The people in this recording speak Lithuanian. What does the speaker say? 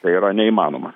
tai yra neįmanoma